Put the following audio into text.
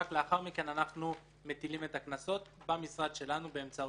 ורק לאחר מכן אנחנו מטילים את הקנסות במשרד שלנו,